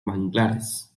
manglares